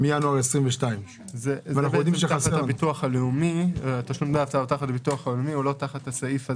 מינואר 22'. התשלום הוא לא תחת הסעיף הזה.